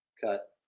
Cut